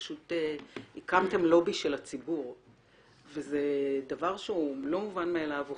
פשוט הקמתם לובי של הציבור וזה דבר שהוא לא מובן מאילו,